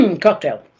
cocktail